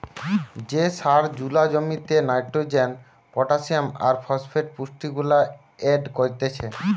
যে সার জুলা জমিতে নাইট্রোজেন, পটাসিয়াম আর ফসফেট পুষ্টিগুলা এড করতিছে